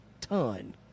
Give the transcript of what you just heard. Ton